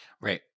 Right